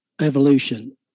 evolution